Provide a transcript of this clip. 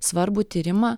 svarbų tyrimą